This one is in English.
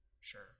sure